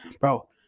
Bro